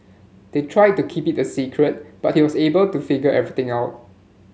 they tried to keep it a secret but he was able to figure everything out